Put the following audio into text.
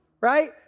right